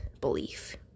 belief